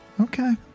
Okay